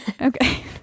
Okay